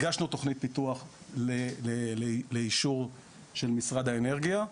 הגשנו תכנית פיתוח לאישור של משרד האנרגיה.